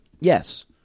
Yes